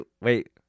wait